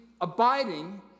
abiding